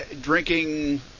drinking